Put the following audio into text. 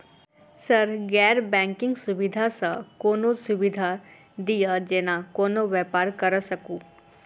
Sir गैर banking सुविधा सँ कोनों सुविधा दिए जेना कोनो व्यापार करऽ सकु?